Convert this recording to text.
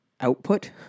output